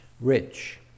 rich